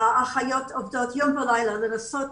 והאחיות עובדות יום ולילה על מנת לנסות